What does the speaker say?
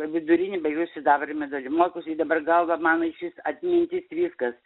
vidurinį baigiau sidabro medaliu mokiausi dabar galva mano išvis atmintis viskas